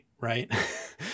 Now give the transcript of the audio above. right